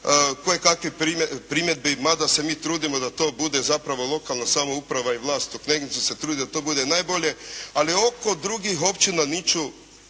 kojekakvih primjedbi mada se mi trudimo da to bude zapravo lokalna samouprava i vlast, u Knegincu se trude da to bude najbolje, ali oko drugih općina niču